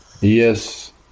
Yes